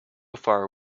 far